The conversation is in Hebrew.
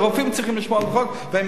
ושרופאים צריכים לשמור על החוק והם